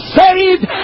saved